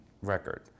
record